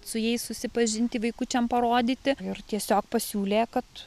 su jais susipažinti vaikučiam parodyti ir tiesiog pasiūlė kad